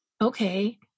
okay